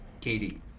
KD